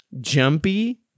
Jumpy